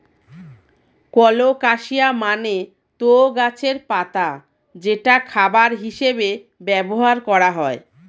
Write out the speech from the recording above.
colocasia মানে তো গাছের পাতা যেটা খাবার হিসেবে ব্যবহার করা হয়